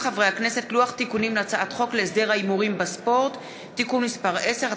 לוח תיקונים להצעת חוק להסדר ההימורים בספורט (תיקון מס' 10),